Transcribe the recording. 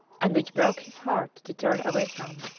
and which broke his heart to turn away from,